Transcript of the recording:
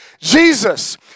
Jesus